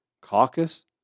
Caucus